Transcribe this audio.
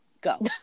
Go